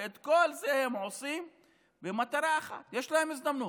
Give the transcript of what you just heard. ואת כל זה הם עושים במטרה אחת, יש להם הזדמנות: